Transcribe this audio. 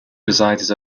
presided